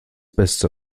beste